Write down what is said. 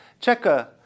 Check